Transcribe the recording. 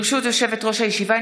ברשות יושבת-ראש הישיבה,